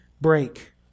break